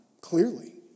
clearly